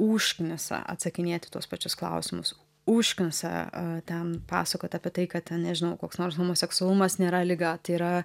užknisa atsakinėt į tuos pačius klausimus užknisa ten pasakot apie tai kad ten nežinau koks nors homoseksualumas nėra liga tai yra